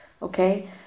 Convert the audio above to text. Okay